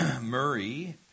Murray